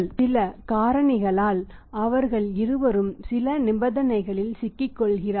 சில காரணிகளால் அவர்கள் இருவரும் சில நிபந்தனைகளில் சிக்கிக் கொள்கிறார்கள்